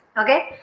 Okay